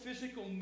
physical